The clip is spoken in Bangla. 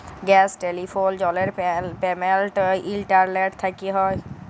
গ্যাস, টেলিফোল, জলের পেমেলট ইলটারলেট থ্যকে হয়